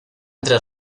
entre